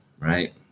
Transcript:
right